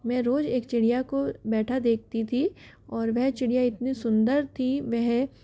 मैं रोज एक चिड़िया को बैठा देखती थी और वह चिड़िया इतनी सुंदर थी वह